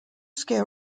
scale